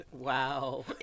Wow